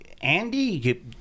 Andy